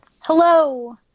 Hello